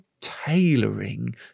tailoring